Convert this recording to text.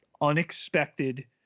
unexpected